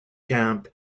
camp